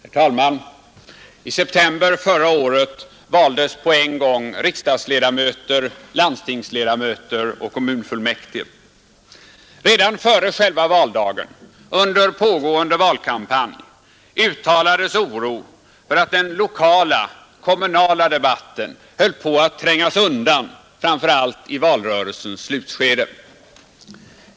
Herr talman! I september förra året valdes på en gång riksdagsledamöter, landstingsledamöter och kommunfullmäktige. Redan före själva valdagen, under pågående valkampanj, uttalades oro för att den lokala, kommunala debatten höll på att trängas undan, framför allt i valrörelsens slutskede.